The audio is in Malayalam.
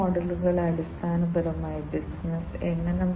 സെൻസറുകൾ അടിസ്ഥാനപരമായി IIoT ഡാറ്റയുടെ പ്രാഥമിക ഉറവിടമാണ്